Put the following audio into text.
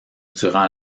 durant